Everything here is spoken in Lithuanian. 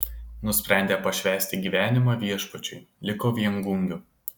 nusprendė pašvęsti gyvenimą viešpačiui liko viengungiu